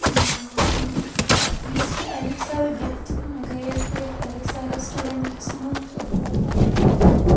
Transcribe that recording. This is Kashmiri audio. اَتھ یُس ایلیکسا یَتھ گٔیَس بہٕ یَتھ ایلیکسا اریسٹورینٛٹَس منٛز